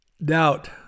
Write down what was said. Doubt